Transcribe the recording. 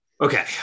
Okay